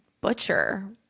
butcher